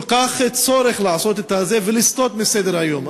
כל כך גדול לעשות את זה ולסטות מסדר-היום.